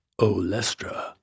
OLestra